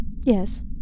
Yes